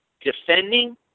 defending